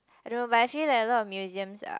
I don't know but I feel like a lot of museums are